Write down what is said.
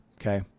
Okay